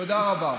תודה רבה.